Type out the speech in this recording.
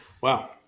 Wow